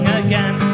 again